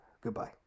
Goodbye